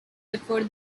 before